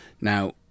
Now